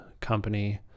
company